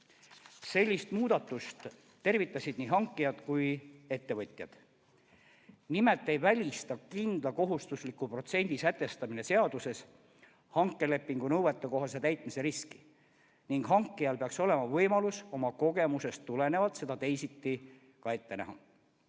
Sellist muudatust tervitasid nii hankijad kui ka ettevõtjad. Nimelt ei välista kindla kohustusliku protsendi sätestamine seaduses hankelepingu nõuetekohase täitmise riski ning hankijal peaks olema võimalus oma kogemusest tulenevalt seda teisiti ka ette näha.